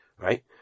right